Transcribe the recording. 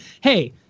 hey